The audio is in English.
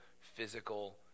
physical